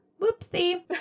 whoopsie